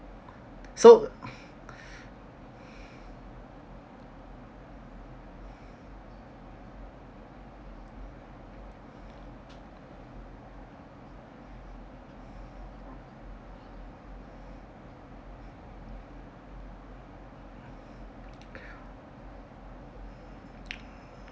so